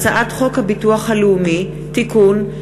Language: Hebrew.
הצעת חוק הביטוח הלאומי (תיקון,